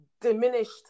diminished